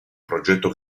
progetto